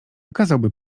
okazałby